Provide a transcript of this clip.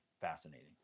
fascinating